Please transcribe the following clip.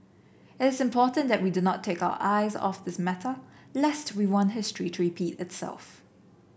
it's important that we do not take our eyes off this matter lest we want history to repeat itself